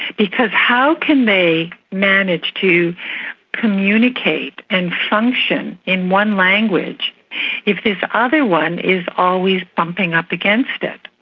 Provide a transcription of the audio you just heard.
because how can they manage to communicate and function in one language if this other one is always bumping up against it?